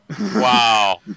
Wow